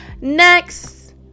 Next